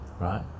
right